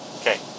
Okay